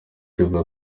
kivuga